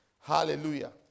Hallelujah